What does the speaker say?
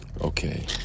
Okay